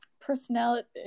personality